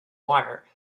wire